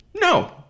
No